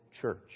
church